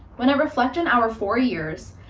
when i reflect in our four years,